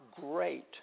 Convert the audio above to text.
great